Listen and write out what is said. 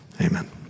Amen